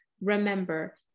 Remember